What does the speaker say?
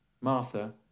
Martha